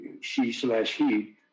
she-slash-he